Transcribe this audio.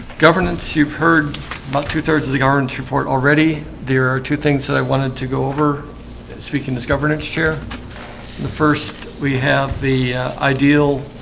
governance you've heard about two-thirds of the gardens report already. there are two things that i wanted to go over speaking this governance chair the first we have the ideal